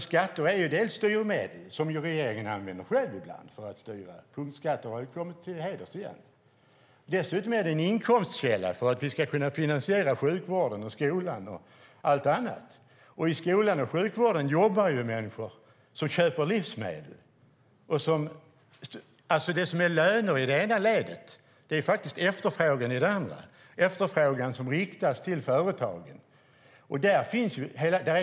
Skatter är ett styrmedel som regeringen själv använder ibland för att styra. Punktskatter har kommit till heders igen. Dessutom är de en inkomstkälla för att vi ska kunna finansiera sjukvården, skolan och allt annat. I skolan och i sjukvården jobbar människor som köper livsmedel. Det som är löner i det ena ledet är faktiskt efterfrågan i det andra, en efterfrågan som riktas till företagen.